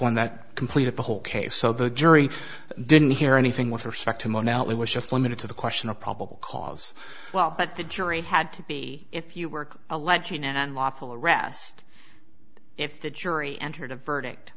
one that completed the whole case so the jury didn't hear anything with respect to mo now it was just limited to the question of probable cause well but the jury had to be if you work alleging an unlawful arrest if the jury entered a verdict